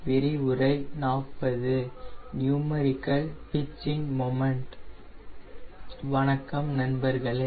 வணக்கம் நண்பர்களே